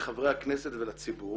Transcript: לחברי הכנסת ולציבור